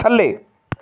ਥੱਲੇ